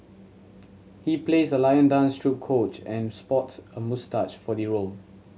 he plays a lion dance troupe coach and sports a moustache for the role